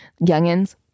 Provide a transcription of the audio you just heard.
Youngins